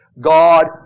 God